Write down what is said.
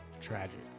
Tragic